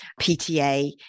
PTA